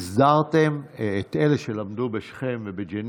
הסדרתם את אלה שלמדו בשכם וג'נין,